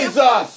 Jesus